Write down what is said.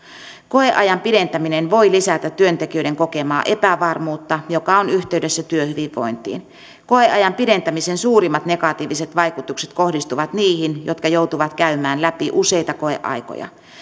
koeajan pidentäminen voi lisätä työntekijöiden kokemaa epävarmuutta joka on yhteydessä työhyvinvointiin koeajan pidentämisen suurimmat negatiiviset vaikutukset kohdistuvat niihin jotka joutuvat käymään läpi useita koeaikoja